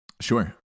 Sure